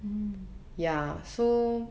mm